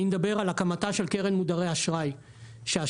אני מדבר על הקמתה של קרן מודרי אשראי שהשווי